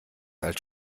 als